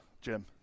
Jim